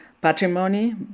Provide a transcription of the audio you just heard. patrimony